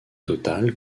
total